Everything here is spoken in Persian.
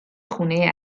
خونه